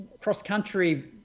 cross-country